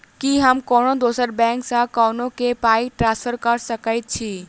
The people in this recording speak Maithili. की हम कोनो दोसर बैंक सँ ककरो केँ पाई ट्रांसफर कर सकइत छि?